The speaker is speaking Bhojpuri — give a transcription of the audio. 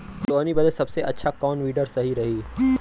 सोहनी बदे सबसे अच्छा कौन वीडर सही रही?